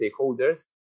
stakeholders